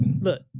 look